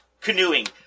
canoeing